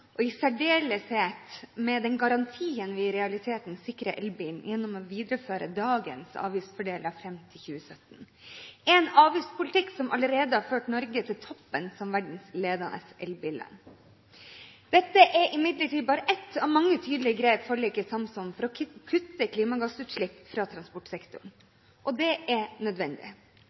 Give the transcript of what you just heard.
og i særdeleshet med den garantien vi i realiteten sikrer elbilen gjennom å videreføre dagens avgiftsfordeler fram til 2017 – en avgiftspolitikk som allerede har ført Norge til topps som verdens ledende elbilland. Dette er imidlertid bare ett av mange tydelige grep partiene har samlet seg om i forliket for å kutte klimagassutslipp fra transportsektoren. Det er nødvendig.